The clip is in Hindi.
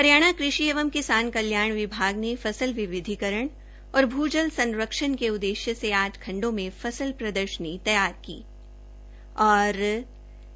हरियाणा कृषि एवं किसान कल्याण विभाग ने फसल विविधीकरण और भू जल संरक्षण के उद्देश्य से आठ खंडों में फसल प्रदर्शनी खेत तैयार किये